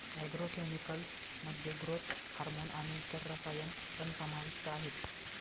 agro chemicals मध्ये growth hormone आणि इतर रसायन पण समाविष्ट आहेत